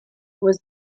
was